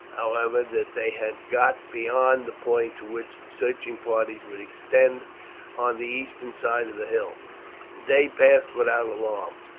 however, that they had got beyond the point to which the searching parties would extend on the eastern side of the hill. the day passed without alarms,